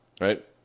right